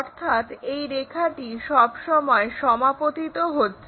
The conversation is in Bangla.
অর্থাৎ এই রেখাটি সবসময় সমাপতিত হচ্ছে